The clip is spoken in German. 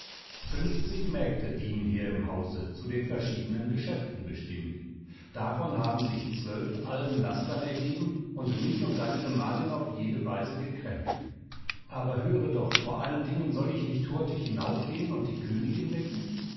fünfzig mägde dienen hier im hause zu den verschiedenen geschäften bestimmt davon haben sich zwölf allen lastern ergeben und mich und deine gemahlin auf jede weise gekränkt aber höre doch vor allen dingen soll ich nicht hurtig hinaufgehen und die königin wecken